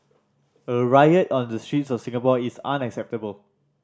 a riot on the streets of Singapore is unacceptable